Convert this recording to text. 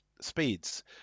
speeds